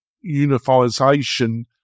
unification